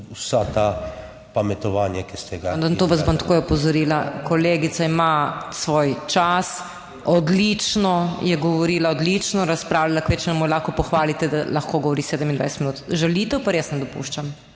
vsa ta pametovanja, ki ste ga…